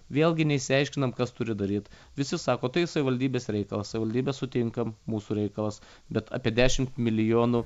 vėlgi neišsiaiškinam kas turi daryt visi sako tai savivaldybės reikalas savivaldybė sutinkam mūsų reikalas bet apie dešimt milijonų